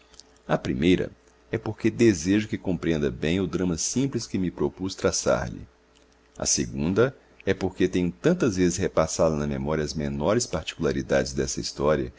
a primeira é porque desejo que compreenda bem o drama simples que me propus traçar lhe a segunda é porque tenho tantas vezes repassado na memória as menores particularidades dessa história